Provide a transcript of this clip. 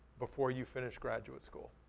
before you finish graduate school.